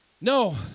No